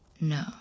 No